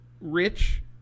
Rich